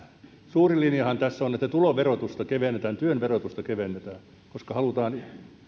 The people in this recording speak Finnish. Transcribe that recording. suuri linjahan tässä on että tuloverotusta kevennetään työn verotusta kevennetään koska halutaan